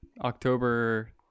October